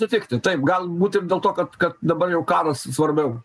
sutikti taip galbūt ir dėl to kad kad dabar jau karas svarbiau